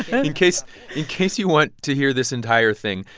and in case in case you want to hear this entire thing,